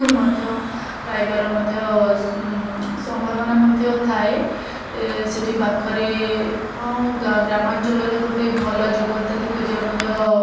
ମଧ୍ୟ ପାଇବାର ମଧ୍ୟ ସମ୍ଭାବନା ମଧ୍ୟ ଥାଏ ଏ ସେଠି ପାଖରେ ହଁ ଗ୍ରାମାଞ୍ଚଳରେ ଗୋଟେ ଭଲ ଜୀବନସାଥି ଖୋଜିବା ମଧ୍ୟ